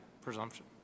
presumption